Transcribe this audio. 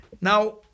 Now